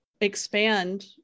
expand